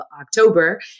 October